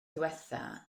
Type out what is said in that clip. ddiwethaf